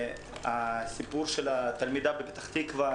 הסיפור של התלמידה בפתח תקווה,